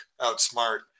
outsmart